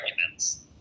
arguments